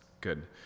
Good